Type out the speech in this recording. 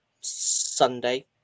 Sunday